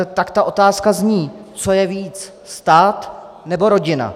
Tak ta otázka zní: Co je víc stát, nebo rodina?